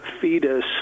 fetus